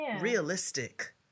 realistic